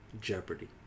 jeopardy